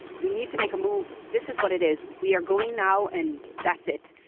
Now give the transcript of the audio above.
we need to make a move. this is what it is. we are going now and that's it.